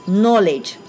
knowledge